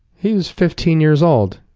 he was fifteen years old.